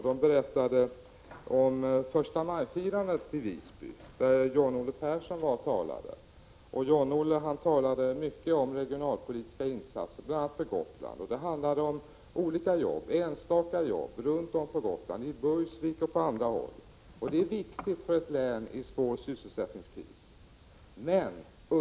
De berättade om förstamajfirandet i Visby, där John-Olle Persson var talare. Han talade mycket om regionalpolitiska insatser bl.a. för Gotland. Han talade om olika enstaka jobb runt om på Gotland, i Burgsvik och på andra håll. Det är viktigt för ett län i svår sysselsättningskris.